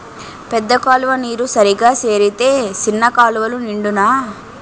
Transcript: పెద్ద కాలువ నీరు సరిగా సేరితే సిన్న కాలువలు నిండునా